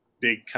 big